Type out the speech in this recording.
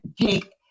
take